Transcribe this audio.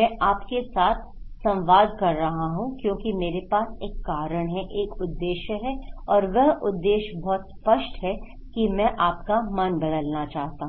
मैं आपके साथ संवाद कर रहा हूं क्योंकि मेरे पास एक कारण है एक उद्देश्य है और वह उद्देश्य बहुत स्पष्ट है कि मैं आपका मन बदलना चाहता हूं